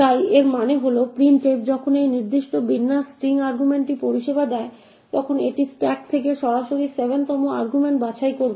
তাই এর মানে হল যে printf যখন এই নির্দিষ্ট বিন্যাস স্ট্রিং আর্গুমেন্টটি পরিষেবা দেয় তখন এটি স্ট্যাক থেকে সরাসরি 7 তম আর্গুমেন্ট বাছাই করবে